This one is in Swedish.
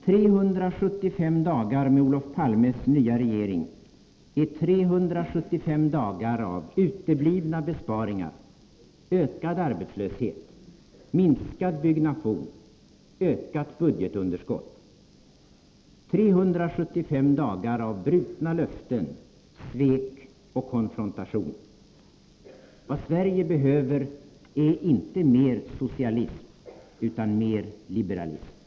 375 dagar med Olof Palmes regering är 375 dagar av uteblivna besparingar, ökad arbetslöshet, minskad byggnation, ökat budgetunderskott — 375 dagar av brutna löften, svek och konfrontation. Vad Sverige behöver är inte mer socialism utan mer liberalism.